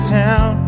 town